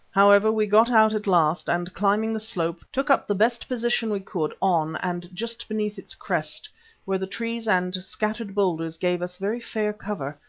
however, we got out at last and climbing the slope, took up the best position we could on and just beneath its crest where the trees and scattered boulders gave us very fair cover,